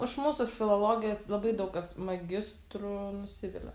iš mūsų filologijos labai daug kas magistru nusivilia